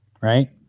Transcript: right